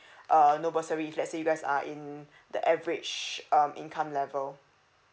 err no bursary if let's say you guys are in the average um income level